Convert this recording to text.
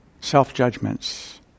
Self-judgments